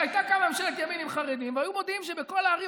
אם הייתה קמה ממשלת ימין עם חרדים והיו מודיעים שבכל הערים